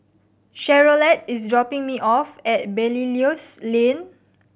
Charolette is dropping me off at Belilios Lane